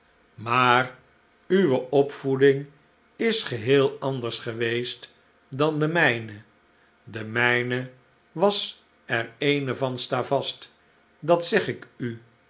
maar uwe opvoeding is geheel anders geweest dan de mijne de mijne was er eene van stavast dat zeg ik u